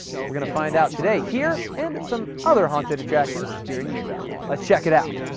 but we're going to find out today here, and at some other haunted attractions here in utah. let's check it out!